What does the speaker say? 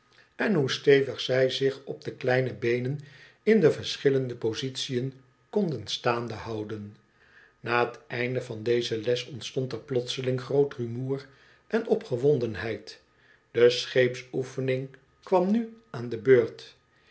en hoe stevig zij zich op de kleine beenen in de verschillende positicn konden staande houden na het einde van deze les ontstond er plotseling groot rumoer en opgewondenheid de scheepsoefening kwam nu aan de beurt